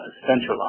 centralized